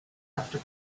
after